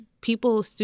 people